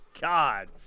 God